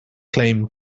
claim